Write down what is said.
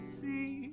see